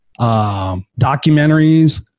documentaries